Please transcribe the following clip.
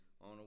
on